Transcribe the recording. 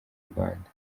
rwanda